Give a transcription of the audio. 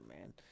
man